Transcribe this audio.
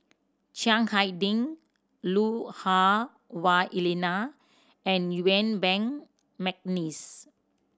Chiang Hai Ding Lui Hah Wah Elena and Yuen Peng McNeice